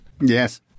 Yes